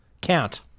Count